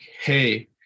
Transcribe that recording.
hey